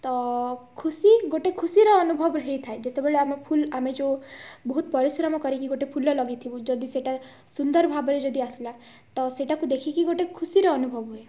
ତ ଖୁସି ଗୋଟେ ଖୁସିର ଅନୁଭବ ହେଇଥାଏ ଯେତେବେଳେ ଆମେ ଫୁଲ୍ ଆମେ ଯେଉଁ ବହୁତ ପରିଶ୍ରମ କରିକି ଗୋଟେ ଫୁଲ ଲଗେଇଥିବୁ ଯଦି ସେଇଟା ସୁନ୍ଦର ଭାବରେ ଯଦି ଆସିଲା ତ ସେଇଟାକୁ ଦେଖିକି ଗୋଟେ ଖୁସିର ଅନୁଭବ ହୁଏ